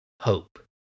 hope